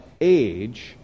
age